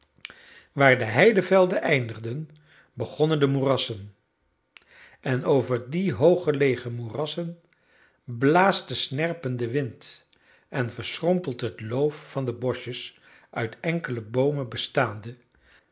waar de heidevelden eindigden begonnen de moerassen en over die hooggelegen moerassen blaast de snerpende wind en verschrompelt het loof van de boschjes uit enkele boomen bestaande